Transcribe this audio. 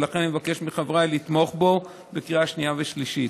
ולכן אני מבקש מחבריי לתמוך בו בקריאה שנייה ושלישית.